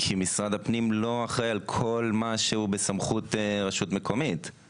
כי משרד הפנים לא אחראי על כל מה שנמצא בסמכות רשות מקומית,